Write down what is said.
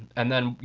and then,